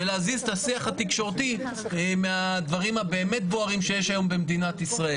ולהזיז את השיח התקשורתי מהדברים הבאמת בוערים שיש היום במדינת ישראל.